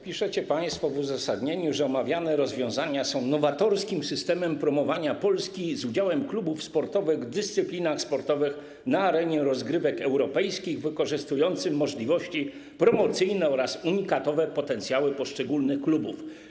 Piszecie państwo w uzasadnieniu, że omawiane rozwiązania są nowatorskim systemem promowania Polski z udziałem klubów sportowych w dyscyplinach sportowych na arenie rozgrywek europejskich, wykorzystującym możliwości promocyjne oraz unikatowe potencjały poszczególnych klubów.